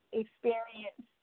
experience